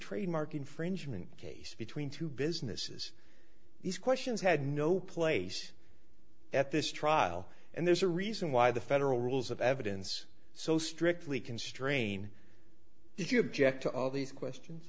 trademark infringement case between two businesses these questions had no place at this trial and there's a reason why the federal rules of evidence so strictly constrain if you object to all these questions